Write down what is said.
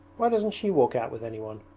why doesn't she walk out with any one